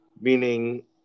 Meaning